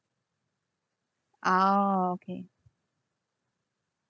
ah okay